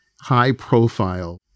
high-profile